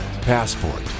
Passport